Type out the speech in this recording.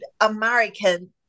American